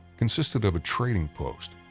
consisted of a trading post,